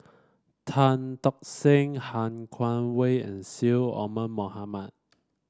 Tan Tock Seng Han Guangwei and Syed Omar Mohamed